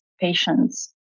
patients